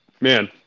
man